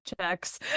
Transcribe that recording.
checks